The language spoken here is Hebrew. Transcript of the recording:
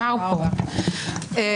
אני